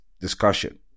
discussion